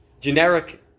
generic